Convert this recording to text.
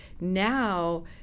now